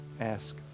Ask